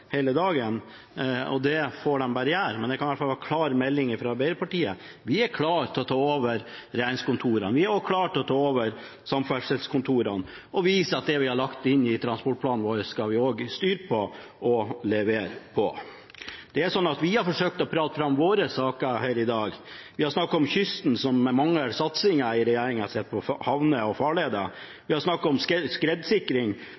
hele dag. Det får de bare gjøre, men dette kan i hvert fall være en klar melding fra Arbeiderpartiet: Vi er klare til å ta over regjeringskontorene. Vi er også klare til å ta over samferdselskontorene og vise at det vi har lagt inn i transportplanen vår, skal vi også styre på og levere på. Vi har forsøkt å prate fram våre saker her i dag. Vi har snakket om kysten, der det i regjeringens opplegg mangler satsing på havner og